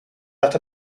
that